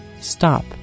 stop